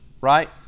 right